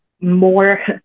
more